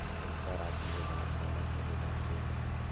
अंतरराष्ट्रीय बजार काला कहे जाथे?